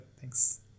Thanks